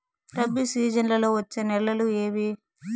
రబి సీజన్లలో వచ్చే నెలలు ఏవి?